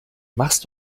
machst